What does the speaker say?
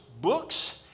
books